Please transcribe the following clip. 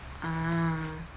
ah